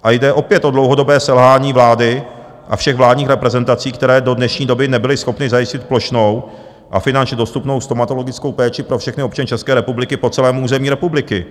A jde opět o dlouhodobé selhání vlády a všech vládních reprezentací, které do dnešní doby nebyly schopny zajistit plošnou a finančně dostupnou stomatologickou péči pro všechny občany České republiky po celém území republiky.